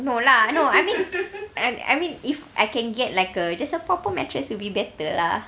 no lah no I mean I I mean if I can get like a just a proper mattress will be better lah